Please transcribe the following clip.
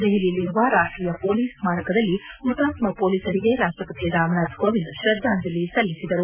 ದೆಹಲಿಯಲ್ಲಿರುವ ರಾಷ್ಟೀಯ ಮೊಲೀಸ್ ಸ್ಮಾರಕದಲ್ಲಿ ಹುತಾತ್ಮ ಮೊಲೀಸರಿಗೆ ರಾಷ್ಟವತಿ ರಾಮನಾಥ್ ಕೋವಿಂದ್ ಕ್ರದ್ಧಾಂಜಲಿ ಸಲ್ಲಿಸಿದರು